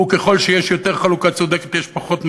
וככל שיש יותר חלוקה צודקת יש פחות מאבק.